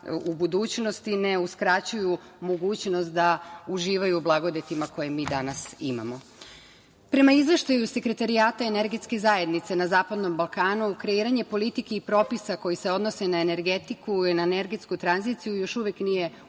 u budućnosti ne uskraćuju mogućnost da uživaju u blagodetima koje mi danas imamo. Prema izveštaju Sekretarijata energetske zajednice na Zapadnom Balkanu, kreiranje politike i propisa koji se odnose na energetiku i na energetsku tranziciju još uvek nije u